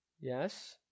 Yes